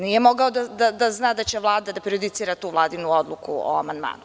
Nije mogao da zna da će Vlada da prejudicira tu Vladinu odluku o amandmanu.